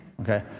Okay